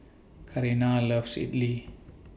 Carina loves Idly